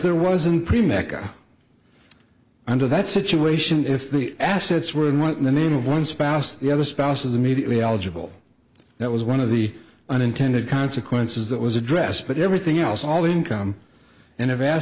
there wasn't pretty macca under that situation if the assets were and went in the name of one spouse the other spouse was immediately eligible that was one of the unintended consequences that was addressed but everything else all the income and